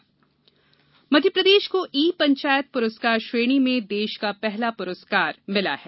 तोमर मध्यप्रदेश को ई पंचायत पुरस्कार श्रेणी में देश का पहला पुरस्कार मिला है